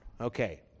Okay